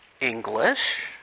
English